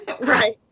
Right